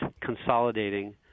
consolidating